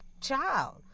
child